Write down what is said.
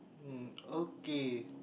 um okay